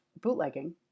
bootlegging